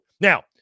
Now